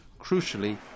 Crucially